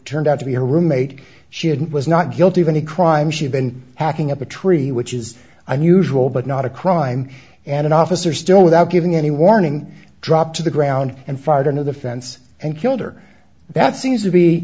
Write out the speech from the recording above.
turned out to be her roommate she hadn't was not guilty of any crime she'd been hacking up a tree which is unusual but not a crime and an officer still without giving any warning dropped to the ground and fired into the fence and killed her that seems to be